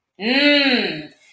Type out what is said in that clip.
Mmm